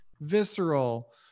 visceral